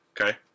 Okay